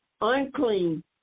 unclean